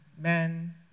men